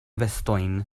vestojn